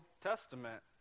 Testament